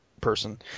person